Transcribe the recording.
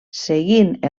seguint